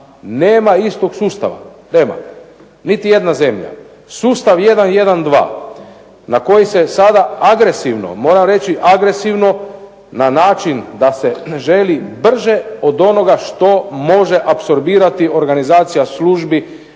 Nema istog sustava, nema. Niti jedna zemlja. Sustav jedan, jedan, dva na koji se sada moram reći agresivno na način da se ne želi brže od onoga što može apsorbirati organizacija službi,